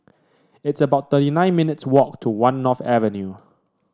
it's about thirty nine minutes' walk to One North Avenue